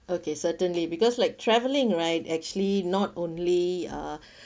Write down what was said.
okay certainly because like travelling right actually not only uh